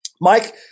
Mike